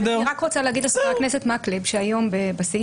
אני רק רוצה להגיד לחבר הכנסת מקלב שהיום בסעיף